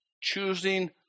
choosing